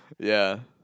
yeah